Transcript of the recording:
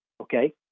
okay